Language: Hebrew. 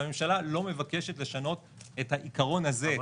והממשלה לא מבקשת לשנות את העיקרון הזה,